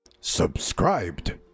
Subscribed